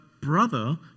brother